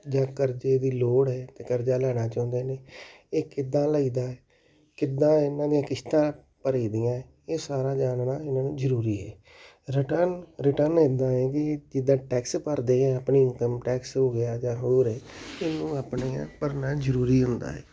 ਜਾਂ ਕਰਜ਼ੇ ਦੀ ਲੋੜ ਹੈ ਤਾਂ ਕਰਜ਼ਾ ਲੈਣਾ ਚਾਹੁੰਦੇ ਨੇ ਇਹ ਕਿੱਦਾਂ ਲੱਗਦਾ ਕਿੱਦਾਂ ਇਹਨਾਂ ਦੀਆਂ ਕਿਸ਼ਤਾਂ ਭਰੀ ਦੀਆਂ ਇਹ ਸਾਰਾ ਜਾਨਣਾ ਇਹਨਾਂ ਨੂੰ ਜ਼ਰੂਰੀ ਹੈ ਰਿਟਰਨ ਰਿਟਰਨ ਇੱਦਾਂ ਹੈ ਵੀ ਜਿੱਦਾਂ ਟੈਕਸ ਭਰਦੇ ਹਾਂ ਆਪਣੀ ਇਨਕਮ ਟੈਕਸ ਹੋ ਗਿਆ ਜਾਂ ਹੋਰ ਹੈ ਇਹਨੂੰ ਆਪਣੀਆਂ ਭਰਨਾ ਜ਼ਰੂਰੀ ਹੁੰਦਾ ਹੈ